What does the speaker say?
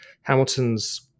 Hamiltons